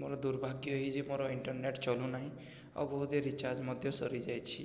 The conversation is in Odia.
ମୋର ଦୁର୍ଭାଗ୍ୟ ଏହି ଯେ ମୋର ଇଣ୍ଟରନେଟ୍ ଚଲୁନାହିଁ ଆଉ ବୋଧ ହୁଏ ରିଚାର୍ଜ ମଧ୍ୟ ସରିଯାଇଛି